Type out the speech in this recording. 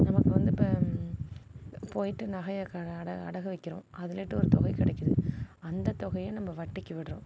நமக்கு வந்து இப்போ போயிட்டு நகையை கடை அடகு அடகு வைக்கிறோம் அதுலிட்டு ஒரு தொகை கிடைக்கிது அந்த தொகையை நம்ம வட்டிக்கு விடுறோம்